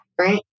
right